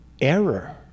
error